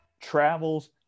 travels